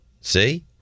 See